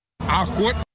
Awkward